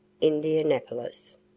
Indianapolis